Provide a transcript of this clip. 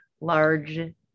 large